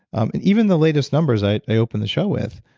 and even the latest numbers i i opened the show with,